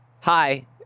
Hi